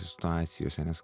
situacijose nes